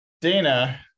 Dana